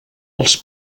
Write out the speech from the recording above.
els